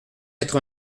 quatre